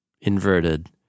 inverted